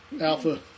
Alpha